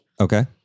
Okay